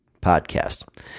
Podcast